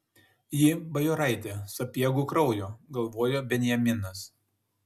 ji bajoraitė sapiegų kraujo galvojo benjaminas